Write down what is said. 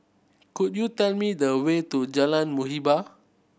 could you tell me the way to Jalan Muhibbah